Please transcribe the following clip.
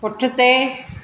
पुठिते